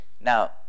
Now